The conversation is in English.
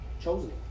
chosen